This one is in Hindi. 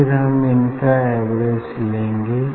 फिर हम इनका एवरेज लेंगे